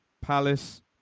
Palace